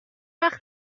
وقت